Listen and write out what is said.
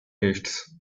tastes